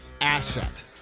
asset